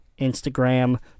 Instagram